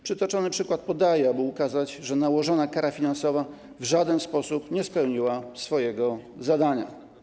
Przytoczony przykład podaję, aby ukazać, że nałożona kara finansowa w żaden sposób nie spełniła swojego zadania.